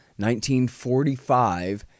1945